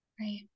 Right